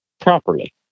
properly